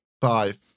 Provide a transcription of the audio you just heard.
Five